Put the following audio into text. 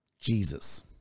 Jesus